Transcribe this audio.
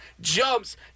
jumps